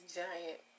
giant